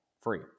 free